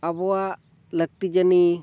ᱟᱵᱚᱣᱟᱜ ᱞᱟᱹᱠᱛᱤ ᱡᱟᱹᱱᱤᱡ